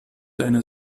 deine